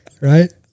Right